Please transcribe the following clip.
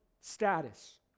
status